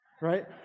right